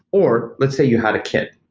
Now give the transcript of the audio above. or let's say you had a kid,